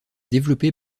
développé